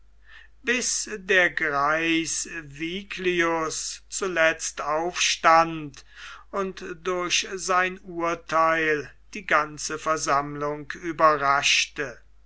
bis der greis viglius zuletzt aufstand und durch sein urtheil die ganze versammlung überraschte